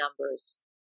numbers